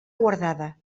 guardada